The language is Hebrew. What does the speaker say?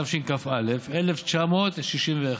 התשכ"א 1961,